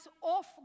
off